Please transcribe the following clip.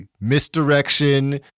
misdirection